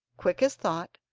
quick as thought,